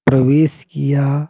प्रवेश किया